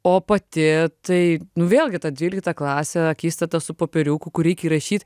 o pati tai nu vėlgi ta dvylikta klasė akistata su popieriuku kur reik įrašyt